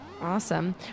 Awesome